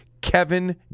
Kevin